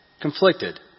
conflicted